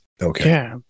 Okay